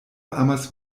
amas